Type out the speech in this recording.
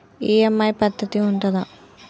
EMI పద్ధతి ఉంటదా?